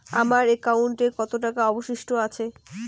আমার একাউন্টে কত টাকা অবশিষ্ট আছে?